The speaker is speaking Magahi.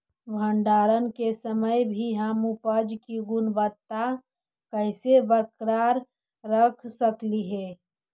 भंडारण के समय भी हम उपज की गुणवत्ता कैसे बरकरार रख सकली हे?